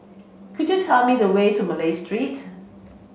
could you tell me the way to Malay Street